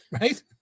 right